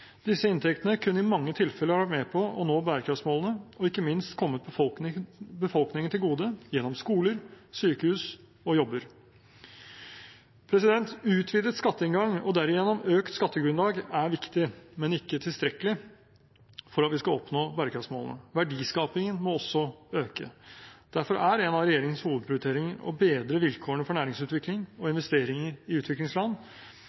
Disse inntektene kunne i mange tilfeller ha bidratt til at bærekraftsmålene nås, og ikke minst kommet befolkningen til gode gjennom skoler, sykehus og jobber. Utvidet skatteinngang og derigjennom økt skattegrunnlag er viktig, men ikke tilstrekkelig for at vi skal nå bærekraftsmålene. Verdiskapingen må også øke. Derfor er en av regjeringens hovedprioriteringer å bedre vilkårene for næringsutvikling og